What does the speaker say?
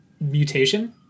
mutation